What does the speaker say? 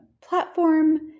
platform